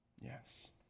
Yes